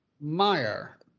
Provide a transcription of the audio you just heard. Meyer